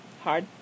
Hard